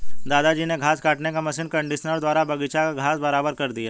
दादाजी ने घास काटने की मशीन कंडीशनर द्वारा बगीची का घास बराबर कर दिया